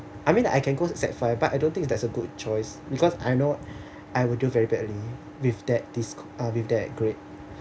I mean I can go to sec five but I don't think that is a good choice because I know I will do very badly with that disc~ uh with that grade